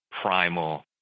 primal